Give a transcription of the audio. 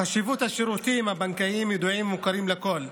חשיבות השירותים הבנקאיים ידועה ומוכרת לכול,